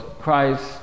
Christ